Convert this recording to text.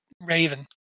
Raven